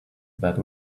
that